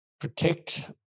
protect